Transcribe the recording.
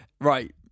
right